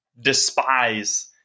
despise